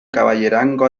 caballerango